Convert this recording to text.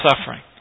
suffering